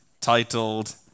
titled